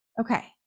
Okay